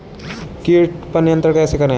कीट पर नियंत्रण कैसे करें?